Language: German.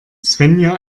svenja